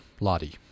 Lottie